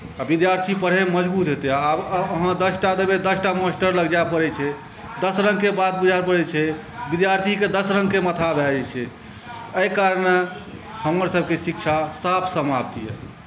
आ विद्यार्थी पढ़ैमे मजबूत हेतै आब अहाँ दसटा देबै दसटा मास्टर लग जाय पड़ैत छै दस रङ्गके बात बुझय पड़ैत छै विद्यार्थीके दस रङ्गके माथा भए जाइत छै एहिकारणे हमरसभके शिक्षा साफ समाप्त यए